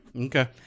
Okay